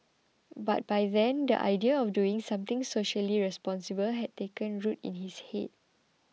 but by then the idea of doing something socially responsible had taken root in his head